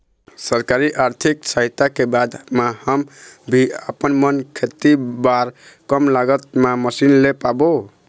सरकारी आरथिक सहायता के बाद मा हम भी आपमन खेती बार कम लागत मा मशीन ले पाबो?